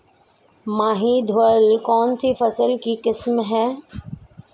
माही धवल कौनसी फसल की किस्म है?